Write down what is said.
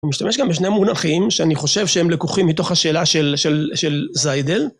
הוא משתמש גם בשני מונחים שאני חושב שהם לקוחים מתוך השאלה של זיידל.